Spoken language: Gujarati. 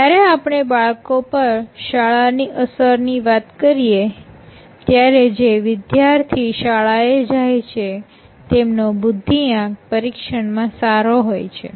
જ્યારે આપણે બાળકો પર શાળાની અસર ની વાત કરીએ ત્યારે જે વિદ્યાર્થી શાળાએ જાય છે તેમનો બુદ્દીઆંક પરીક્ષણમાં સારો હોય છે